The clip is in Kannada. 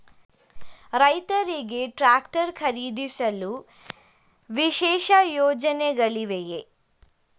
ರೈತರಿಗೆ ಟ್ರಾಕ್ಟರ್ ಖರೀದಿಸಲು ವಿಶೇಷ ಯೋಜನೆಗಳಿವೆಯೇ?